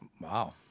Wow